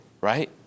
right